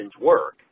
work